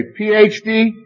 PhD